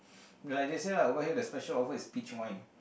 like they say lah why the special offer is peach wine